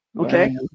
okay